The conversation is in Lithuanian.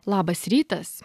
labas rytas